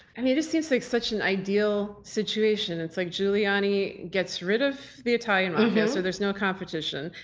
i mean, it just seems like such an ideal situation. it's like, giuliani gets rid of the italian mafia, so there's no competition.